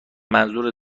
منظور